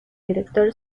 director